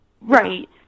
Right